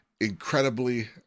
incredibly